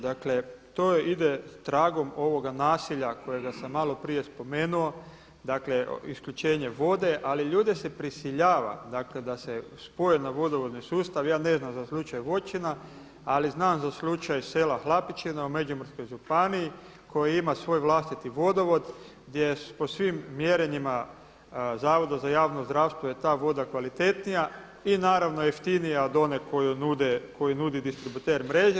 Dakle to ide tragom ovoga nasilja kojega sam malo prije spomenuo, dakle isključenje vode, ali ljude se prisiljava da se spoje na vodovodni sustav, ja ne znam za slučaj Voćina, ali znam za slučaj sela Hlapići na Međimurskoj županiji koji ima svoj vlastiti vodovod gdje po svim mjerenjima Zavoda za javno zdravstvo je ta voda kvalitetnija i naravno jeftinija od one koju nudi distributer mreže.